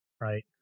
right